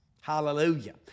Hallelujah